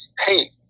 hey